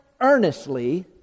earnestly